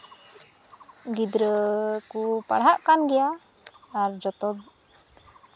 ᱜᱤᱫᱽᱨᱟᱹ ᱠᱚ ᱯᱟᱲᱦᱟᱜ ᱠᱟᱱ ᱜᱮᱭᱟ ᱟᱨ ᱡᱚᱛᱚ